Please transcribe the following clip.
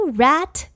rat